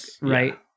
right